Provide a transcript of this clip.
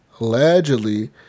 allegedly